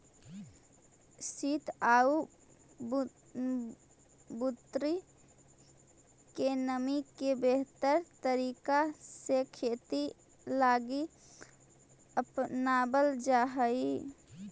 सित आउ बुन्नी के नमी के बेहतर तरीका से खेती लागी अपनाबल जा हई